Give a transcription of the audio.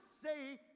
say